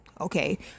Okay